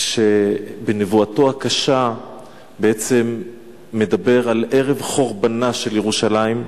שבנבואתו הקשה בעצם מדבר על ערב חורבנה של ירושלים.